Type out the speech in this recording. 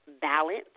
balance